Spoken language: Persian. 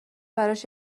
براش